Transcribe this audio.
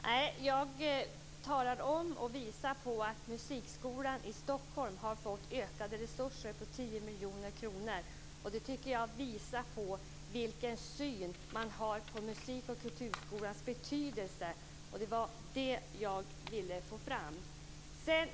Herr talman! Nej, jag talade om och visade på att musikskolan i Stockholm har fått ökade resurser med 10 miljoner kronor. Det tycker jag visar vilken syn man har på musiken och på kulturskolans betydelse. Det var det jag ville få fram.